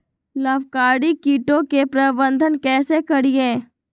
लाभकारी कीटों के प्रबंधन कैसे करीये?